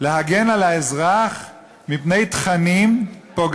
שבאה להגן על האזרח מפני תכנים פוגעניים,